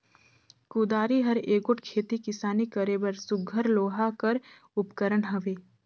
कुदारी हर एगोट खेती किसानी करे बर सुग्घर लोहा कर उपकरन हवे